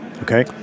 Okay